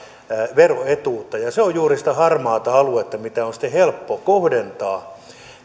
veroetuutta ja se on juuri sitä harmaata aluetta mitä on sitten helppo kohdentaa